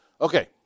Okay